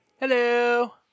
Hello